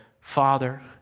Father